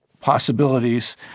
possibilities